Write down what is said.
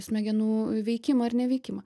smegenų veikimą ar neveikimą